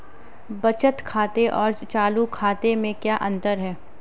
बचत खाते और चालू खाते में क्या अंतर है?